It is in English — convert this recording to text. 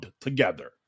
together